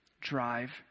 drive